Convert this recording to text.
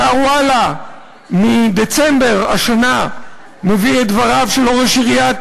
אתר "וואלה" מדצמבר השנה מביא את דבריו של ראש עיריית